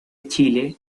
chile